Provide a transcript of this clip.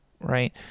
right